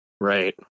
right